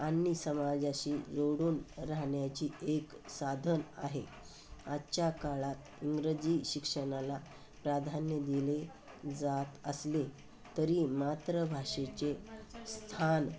आणि समाजाशी जोडून राहण्याची एक साधन आहे आजच्या काळात इंग्रजी शिक्षणाला प्राधान्य दिले जात असले तरी मातृभाषेचे स्थान